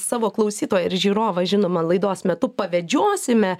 savo klausytoją ir žiūrovą žinoma laidos metu pavedžiosime